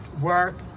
work